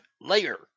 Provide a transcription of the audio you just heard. layer